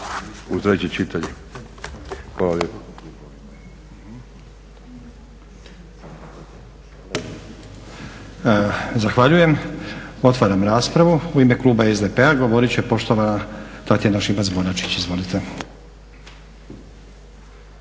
Nenad (SDP)** Zahvaljujem. Otvaram raspravu. U ime kluba SDP-a govorit će poštovana Tatjana Šimac-Bonačić. Izvolite.